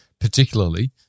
particularly